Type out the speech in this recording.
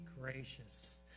gracious